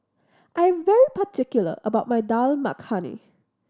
I am particular about my Dal Makhani